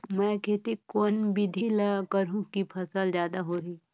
मै खेती कोन बिधी ल करहु कि फसल जादा होही